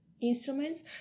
instruments